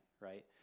right